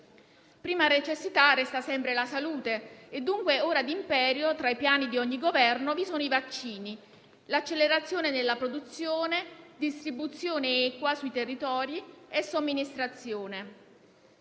Prima necessità resta sempre la salute e, dunque, ora d'imperio tra i piani di ogni Governo vi sono i vaccini, l'accelerazione nella produzione, nella distribuzione sui territori e nella somministrazione.